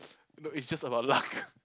no it's just about luck